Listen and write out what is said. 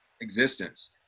existence